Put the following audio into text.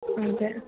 അതെ